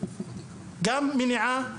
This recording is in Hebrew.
גם מניעה,